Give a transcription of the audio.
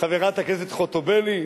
חברת הכנסת חוטובלי,